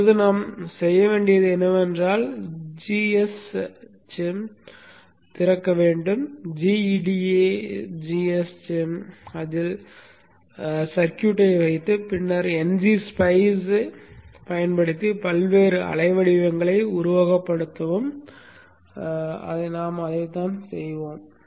அடுத்து நாம் செய்ய வேண்டியது என்னவென்றால் gschem ஐ திறக்க வேண்டும் gEDA gschem அதில் சர்க்யூட்டை வைத்து பின்னர் ngSpice பயன்படுத்தி பல்வேறு அலைவடிவங்களை உருவகப்படுத்தி பார்க்கவும் அதைத்தான் செய்வோம்